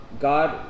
God